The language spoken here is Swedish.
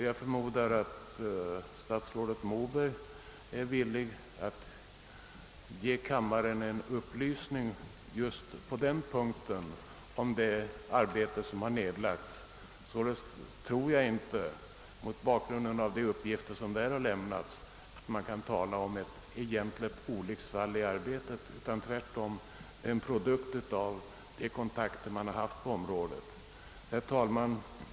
Jag förmodar att statsrådet Moberg är villig att ge kammaren en redogörelse för det arbete som härvidlag har nedlagts. Mot bakgrund av de uppgifter som lämnats tror jag sålunda inte att man kan tala om ett egentligt olycksfall i arbetet, utan förslaget är tvärtom en produkt av de kontakter som tagits på området. Herr talman!